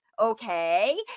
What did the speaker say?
Okay